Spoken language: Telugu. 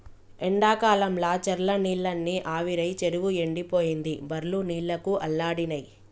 ఎండాకాలంల చెర్ల నీళ్లన్నీ ఆవిరై చెరువు ఎండిపోయింది బర్లు నీళ్లకు అల్లాడినై